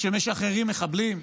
שמשחררים מחבלים,